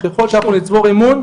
ככל שאנחנו נצבור אמון,